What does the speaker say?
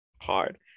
Hard